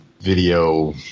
video